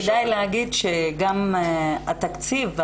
כדאי להגיד שגם התקציב,